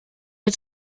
mir